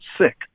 sick